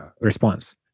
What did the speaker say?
response